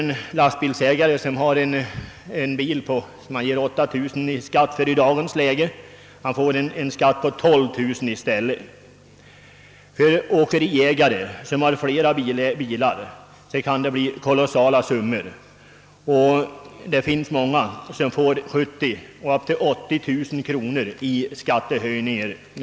En lastbilsägare, som i dagens läge betalar 8000 kronor i skatt, får betala 12 000 kronor i stället. För en åkeriägare som har flera bilar kan det bli kolossala summor, och det finns åkare som nästa år får betala 70 000 till 80 000 kronor i skattehöjning.